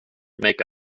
make